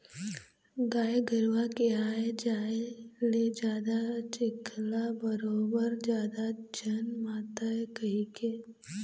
गाय गरूवा के आए जाए ले जादा चिखला बरोबर जादा झन मातय कहिके